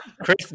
Chris